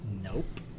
Nope